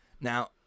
Now